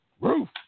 Roof